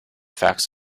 facts